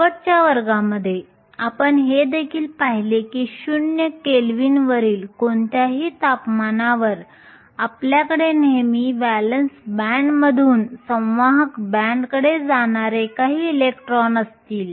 शेवटच्या वर्गामध्ये आपण हे देखील पाहिले की शून्य केल्विन वरील कोणत्याही तापमानावर आपल्याकडे नेहमी व्हॅलेन्स बँडमधून संवाहक बँडकडे जाणारे काही इलेक्ट्रॉन असतील